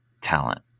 talent